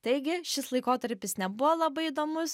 taigi šis laikotarpis nebuvo labai įdomus